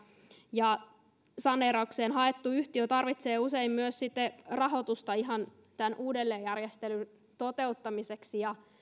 saneeraukseen haettu yhtiö tarvitsee usein myös sitten rahoitusta ihan tämän uudelleenjärjestelyn toteuttamiseksi